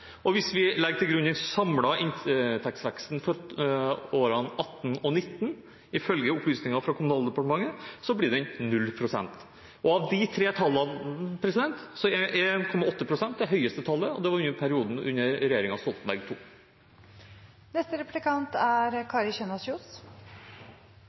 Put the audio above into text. Og hvis vi legger til grunn den samlede inntektsveksten for årene 2018 og 2019, ifølge opplysninger fra Kommunaldepartementet, blir den 0 pst. Av de tre tallene er 1,8 pst. det høyeste tallet, og det var under perioden med regjeringen Stoltenberg